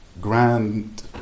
grand